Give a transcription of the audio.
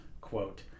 quote